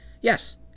Yes